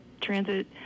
transit